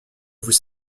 vous